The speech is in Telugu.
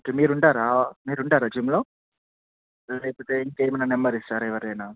ఓకే మీరు ఉంటారా మీరుంటారా జిమ్లో లేకపోతే ఇంకేమైనా నెంబర్ ఇస్తారా ఎవరైనా